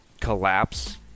collapse